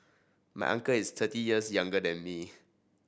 my uncle is thirty years younger than me